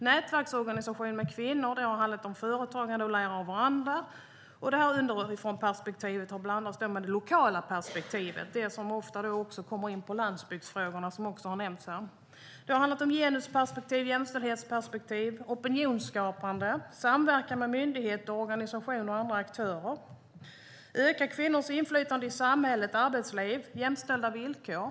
Nätverksorganisationer för kvinnor har handlat om företagande och att lära av varandra, och underifrånperspektivet har blandats med det lokala perspektivet - det som ofta kommer in även när det gäller landsbygdsfrågorna, vilket också har nämnts här. Det har handlat om genusperspektiv och jämställdhetsperspektiv och om opinionsskapande, liksom om samverkan med myndigheter, organisationer och andra aktörer. Det har handlat om att öka kvinnors inflytande i samhället och arbetslivet och om jämställda villkor.